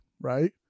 right